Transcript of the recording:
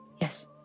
Yes